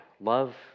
love